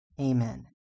Amen